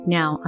Now